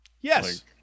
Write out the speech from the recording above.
Yes